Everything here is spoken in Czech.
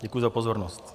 Děkuji za pozornost.